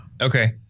Okay